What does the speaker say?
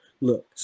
Look